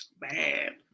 bad